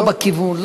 לא בכיוון,